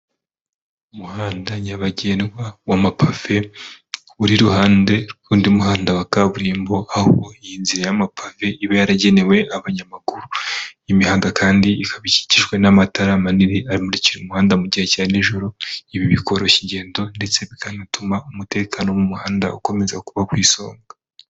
Umuhanda nyabagendwa wa mapave, uri iruhande rw'undi muhanda wa kaburimbo, aho iyi nzira y'amapave iba yaragenewe abanyamaguru, imihanda kandi ikaba ikikijwe n'amatara manini amurikira umuhanda mu gihe cya nijoro, ibi bikoroshya ingendo ndetse bikanatuma umutekano wo mu muhanda ukomeza kuba ku isonga.